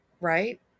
right